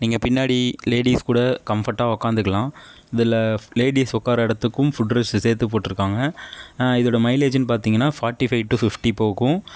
நீங்கள் பின்னாடி லேடீஸ் கூட கம்ஃபர்ட்டா உக்காந்துக்கலாம் இதில் லேடீஸ் உக்காருற இடத்துக்கும் புட்ரஸ்ட் சேர்த்து போட்டுருக்காங்க இதோட மைலேஜ்னு பார்த்திங்கனா ஃபார்ட்டி ஃபை டு ஃபிஃப்டி போகும்